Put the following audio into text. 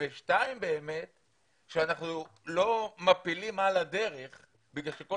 ושאנחנו לא מפילים על הדרך בגלל שכל